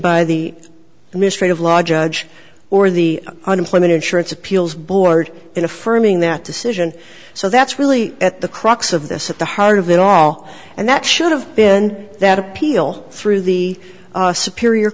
by the ministry of la judge or the unemployment insurance appeals board in affirming that decision so that's really at the crux of this at the heart of it all and that should have been that appeal through the superior